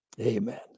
Amen